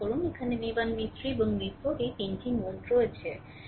এখানে v1 v3 এবং v4 এই 3 নোড রয়েছে